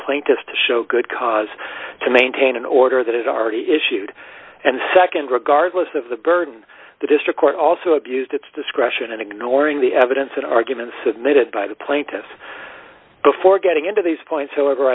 plaintiffs to show good cause to maintain an order that it already issued and nd regardless of the burden the district court also abused its discretion and ignoring the evidence and arguments submitted by the plaintiff before getting into these points however